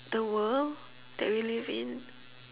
the world that we live in